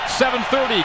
7.30